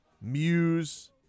Muse